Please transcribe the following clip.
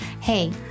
Hey